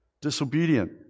Disobedient